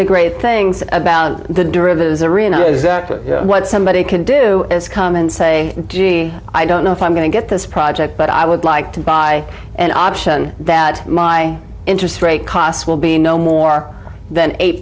the great things about the derivatives arena is what somebody can do is come and say gee i don't know if i'm going to get this project but i would like to buy an option that my interest rate costs will be no more than eight